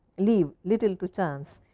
leave little to chance.